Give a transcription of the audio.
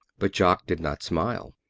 but jock did not smile.